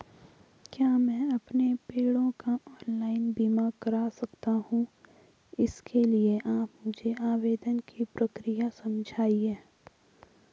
क्या मैं अपने पेड़ों का ऑनलाइन बीमा करा सकता हूँ इसके लिए आप मुझे आवेदन की प्रक्रिया समझाइए?